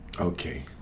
okay